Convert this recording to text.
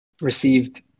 received